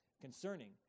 concerning